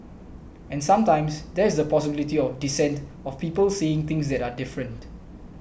and sometimes there is the possibility of dissent of people saying things that are different